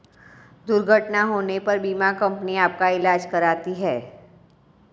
दुर्घटना होने पर बीमा कंपनी आपका ईलाज कराती है